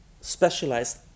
specialized